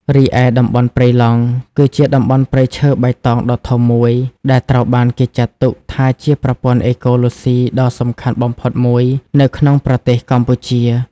រីឯតំបន់ព្រៃឡង់ គឺជា តំបន់ព្រៃឈើបៃតងដ៏ធំមួយ ដែលត្រូវបានគេចាត់ទុកថាជាប្រព័ន្ធអេកូឡូស៊ីដ៏សំខាន់បំផុតមួយនៅក្នុងប្រទេសកម្ពុជា។